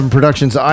Productions